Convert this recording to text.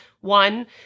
One